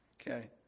Okay